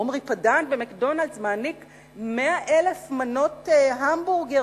עמרי פדן מעניק לנו 100,000 מנות המבורגר